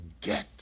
get